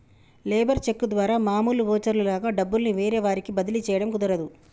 labour cheque ద్వారా మామూలు voucher లాగా డబ్బుల్ని వేరే వారికి బదిలీ చేయడం కుదరదు